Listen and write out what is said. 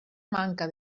manca